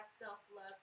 self-love